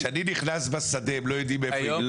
כשאני נכנס לשדה, הם לא יודעים מאיפה באתי?